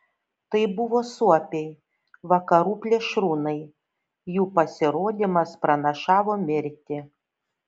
tai buvo suopiai vakarų plėšrūnai jų pasirodymas pranašavo mirtį